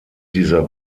dieser